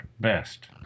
best